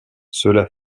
cela